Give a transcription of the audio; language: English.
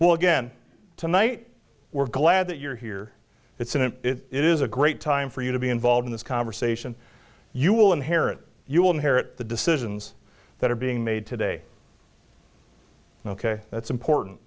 well again tonight we're glad that you're here it's an it is a great time for you to be involved in this conversation you will inherit you will inherit the decisions that are being made today ok that's important